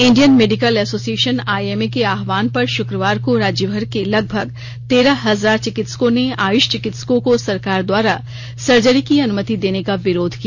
Indian medical association IMA के आह्वान पर शुक्रवार को राज्यभर के लगभग तेरह हजार चिकित्सकों ने आयुष चिकित्सकों को सरकार द्वारा सर्जरी की अनुमति देने का विरोध किया